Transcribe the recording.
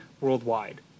worldwide